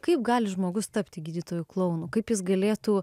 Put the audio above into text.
kaip gali žmogus tapti gydytoju klounu kaip jis galėtų